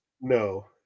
No